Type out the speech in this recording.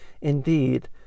Indeed